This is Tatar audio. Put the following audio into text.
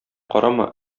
карама